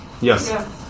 Yes